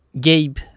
Gabe